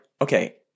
okay